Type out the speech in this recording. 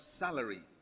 salary